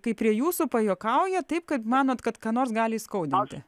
kai prie jūsų pajuokauja taip kad manote kad kam nors gali skaudėti